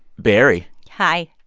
barrie. hi.